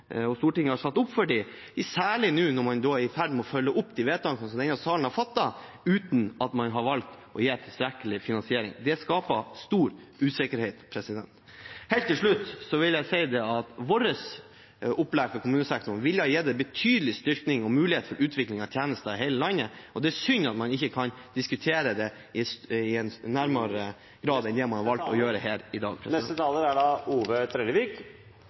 og Stortinget har satt for dem, særlig nå når man er i ferd med å følge opp de vedtakene som denne salen har fattet, uten at man valgt å gi en tilstrekkelig finansiering. Det skaper stor usikkerhet. Helt til slutt: Vårt opplegg for kommunesektoren ville ha gitt en betydelig styrking og mulighet for utvikling av tjenester i hele landet. Det er synd at man ikke kan diskutere dette i større grad enn man har valgt å gjøre her i dag. Representanten Ove Trellevik